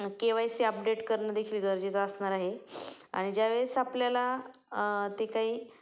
के Y C update करणं देेखील गरजेचं असणार आहे आणि ज्या वेळेस आपल्याला ते काही